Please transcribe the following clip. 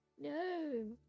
No